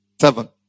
Seven